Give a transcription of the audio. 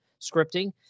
scripting